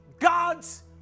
God's